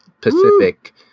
Pacific